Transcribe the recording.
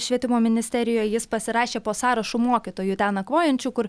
švietimo ministerijoje jis pasirašė po sąrašu mokytojų ten nakvojančių kur